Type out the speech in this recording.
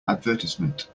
advertisement